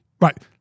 Right